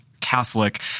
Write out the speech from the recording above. Catholic